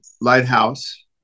Lighthouse